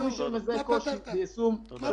כל מי שמזהה קושי ביישום --- מה פתרת?